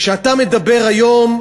כשאתה מדבר היום,